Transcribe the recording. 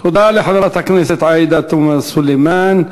תודה לחברת הכנסת עאידה תומא סלימאן.